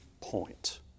point